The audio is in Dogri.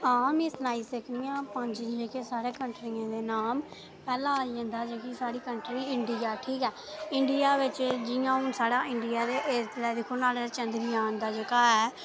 आं में सनाई सकनी आं जेह्के पंज कंट्रियें दे नाम पैह्ला आई जंदा साढ़ी कंट्री इंडिया ठीक ऐ इंडिया बिच हून जि'यां साढ़ा इंडिया ते नुहाड़े पर दिक्खो चंद्रयान दा जेह्का ऐ